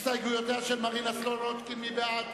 הסתייגויותיה של מרינה סולודקין, מי בעד?